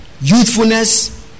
Youthfulness